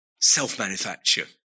self-manufacture